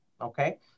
okay